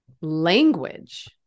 language